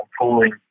pulling